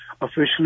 officially